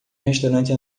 restaurante